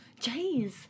Jeez